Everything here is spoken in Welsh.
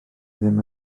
ddim